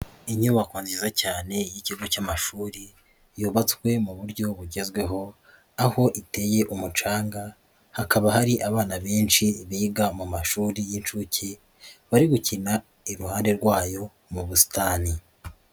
Inyubako nziza cyane y'ikigo cy'amashuri, yubatswe mu buryo bugezweho, aho iteye umucanga, hakaba hari abana benshi biga mu mashuri y'inshuke, bari gukina iruhande rwayo, mu busitani.